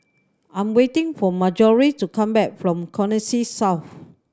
I'm waiting for Marjorie to come back from Connexis South